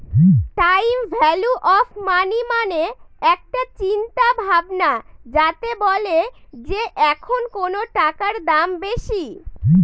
time value of money মানে একটা চিন্তা ভাবনা যাতে বলে যে এখন কোনো টাকার দাম বেশি